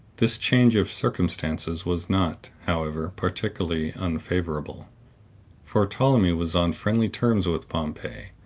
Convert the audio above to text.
this change of circumstances was not, however, particularly unfavorable for ptolemy was on friendly terms with pompey,